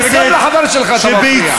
גם לחבר שלך אתה מפריע.